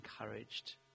encouraged